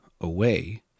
away